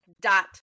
dot